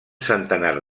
centenar